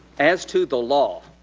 as to the law,